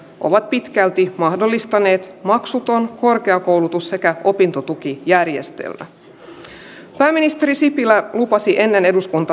ovat pitkälti mahdollistaneet maksuton korkeakoulutus sekä opintotukijärjestelmä pääministeri sipilä lupasi ennen